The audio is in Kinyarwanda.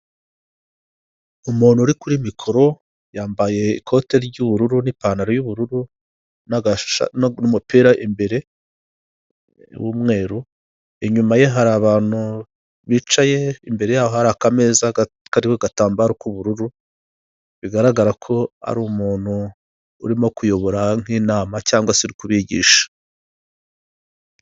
Umuntu uri kuri mikoro, yambaye ikote ry'ubururu n'ipantaro y'ubururu n'umupira imbere y'umweru. Inyuma ye hari abantu bicaye, imbere yaho hari akameza kariho agatambaro k'ubururu. Bigaragara ko ari umuntu urimo kuyobora nk'inama cyangwa se uri kubigisha.